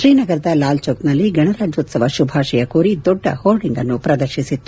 ಶ್ರೀನಗರದ ಲಾಲ್ ಚೌಕನಲ್ಲಿ ಗಣರಾಜ್ಲೋತ್ವವ ಶುಭಾಶಯ ಕೋರಿ ದೊಡ್ಡ ಹೋರ್ಲಿಂಗ್ನ್ನು ಪ್ರದರ್ಶಿಸಿತ್ತು